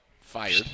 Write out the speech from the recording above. fired